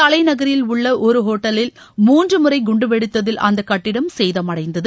தலைநகரில் உள்ள ஒரு ஒட்டலில் மூன்று முறை குண்டு வெடித்ததில் அந்த கட்டிடம் சேதம் அடைந்தது